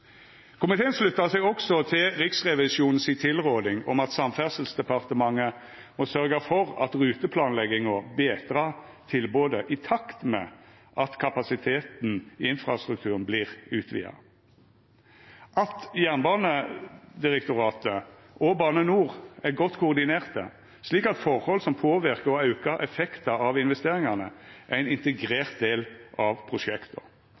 Komiteen sluttar seg òg til Riksrevisjonens tilråding om at Samferdselsdepartementet må sørgja for at ruteplanlegginga betrar tilbodet i takt med at kapasiteten i infrastrukturen vert utvida, at Jernbanedirektoratet og Bane NOR er godt koordinerte slik at forhold som påverkar og aukar effektar av investeringane, er ein integrert del av prosjekta,